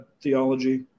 theology